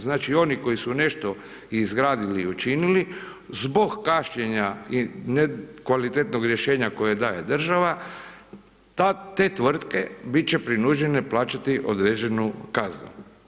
Znači oni koji su nešto izgradili ili učinili zbog kašnjenja i nekvalitetnog rješenja koje daje država, te tvrtke bit će prinuđene plaćati određenu kaznu.